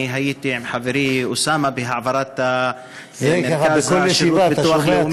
אני הייתי עם חברי אוסאמה בהעברת מרכז שירות ביטוח לאומי,